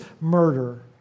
murder